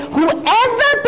whoever